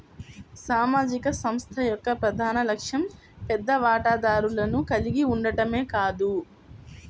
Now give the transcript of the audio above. సామాజిక సంస్థ యొక్క ప్రధాన లక్ష్యం పెద్ద వాటాదారులను కలిగి ఉండటమే కాదు